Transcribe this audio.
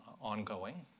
ongoing